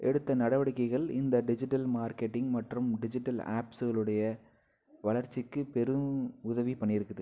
எடுத்த நடவடிக்கைகள் இந்த டிஜிட்டல் மார்க்கெட்டிங் மற்றும் டிஜிட்டல் ஆப்ஸுகளுடைய வளர்ச்சிக்கு பெரும் உதவி பண்ணியிருக்குது